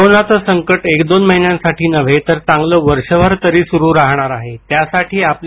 करोनाचं संकट एकदोन महिन्यांसाठी नव्हे तर चांगलं वर्षभर तरी सुरू राहणार आहेत्यासाठी आपली